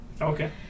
Okay